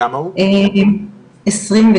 גם